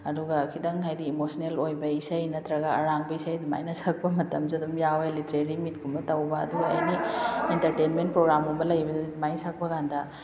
ꯑꯗꯨꯒ ꯈꯤꯇꯪ ꯍꯥꯏꯗꯤ ꯏꯃꯣꯁꯟꯅꯦꯜ ꯑꯣꯏꯕ ꯏꯁꯩ ꯅꯠꯇ꯭ꯔꯒ ꯑꯔꯥꯡꯕ ꯏꯁꯩ ꯑꯗꯨꯃꯥꯏꯅ ꯁꯛꯄ ꯃꯇꯝꯁꯨ ꯑꯗꯨꯝ ꯌꯥꯎꯋꯦ ꯂꯤꯇ꯭ꯔꯦꯔꯤ ꯃꯤꯠ ꯀꯨꯝꯕ ꯇꯧꯕ ꯑꯗꯨꯒ ꯑꯦꯅꯤ ꯏꯟꯇꯔꯇꯦꯟꯃꯦꯟ ꯄ꯭ꯔꯣꯒꯥꯝꯒꯨꯝꯕ ꯂꯩꯕꯗꯗꯤ ꯑꯗꯨꯃꯥꯏꯅ ꯁꯛꯄ ꯀꯥꯟꯗ